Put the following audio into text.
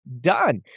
done